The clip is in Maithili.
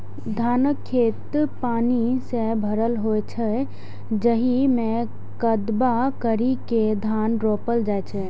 धानक खेत पानि सं भरल होइ छै, जाहि मे कदबा करि के धान रोपल जाइ छै